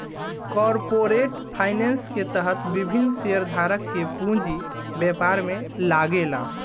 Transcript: corporate finance के तहत विभिन्न शेयरधारक के पूंजी व्यापार में लागेला